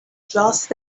just